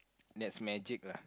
that's magic lah